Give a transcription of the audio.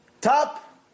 Top